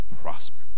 prosper